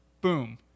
Boom